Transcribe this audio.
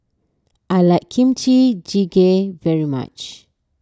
I like Kimchi Jjigae very much